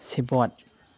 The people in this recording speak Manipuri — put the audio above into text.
ꯁꯦꯕꯣꯠ